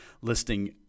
listing